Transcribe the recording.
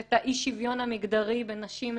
את אי השוויון המגדרי בין נשים לגברים.